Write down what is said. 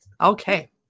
Okay